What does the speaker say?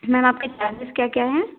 ma'am आपके charges क्या क्या हैं